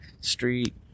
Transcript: street